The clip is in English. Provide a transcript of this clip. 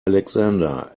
alexander